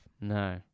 no